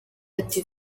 ati